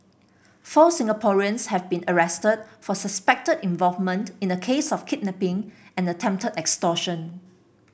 four Singaporeans have been arrested for suspected involvement in a case of kidnapping and attempted extortion